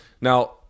Now